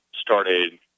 Started